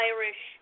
Irish